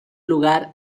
lugar